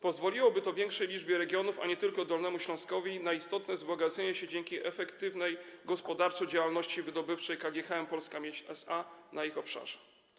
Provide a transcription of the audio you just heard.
Pozwoliłoby to większej liczbie regionów, a nie tylko Dolnemu Śląskowi, na istotne wzbogacenie się dzięki efektywnej gospodarczo działalności wydobywczej KGHM Polska Miedź SA na ich obszarze.